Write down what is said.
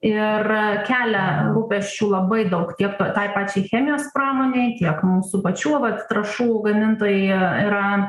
ir kelia rūpesčių labai daug tiek to tai pačiai chemijos pramonei tiek mūsų pačių vat trąšų gamintojai yra